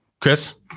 chris